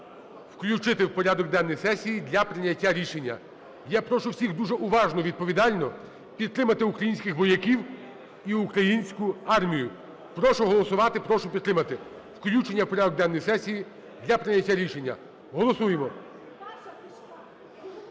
включити в порядок денний сесії для прийняття рішення. Я прошу всіх дуже уважно і відповідально підтримати українських вояків і українську армію. Прошу голосувати. Прошу підтримати включення в порядок денний сесії для прийняття рішення. Голосуємо.